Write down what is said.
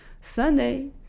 Sunday